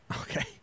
Okay